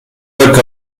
کالا